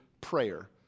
prayer